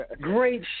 great